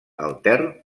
altern